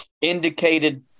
indicated